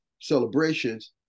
celebrations